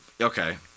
okay